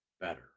better